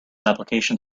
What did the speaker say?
application